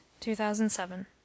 2007